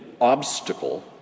obstacle